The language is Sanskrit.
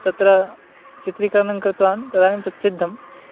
तत्र चित्रीकरणं कृतवान् तदानीं तत्सिद्धं